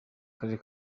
karere